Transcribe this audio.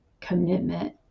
commitment